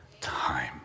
time